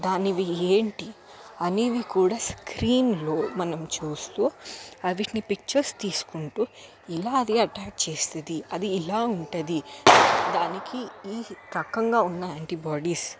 దానివి ఏంటి అనేవి కూడా స్క్రీన్లో మనం చూస్తూ వాటిని పిక్చర్స్ తీసుకుంటూ ఇలాగే ఎట్టాక్ చేస్తుంది అది ఇలా ఉంటుంది దానికి ఈ రకంగా ఉన్నాయి ఆంటిబాడీస్